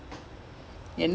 ya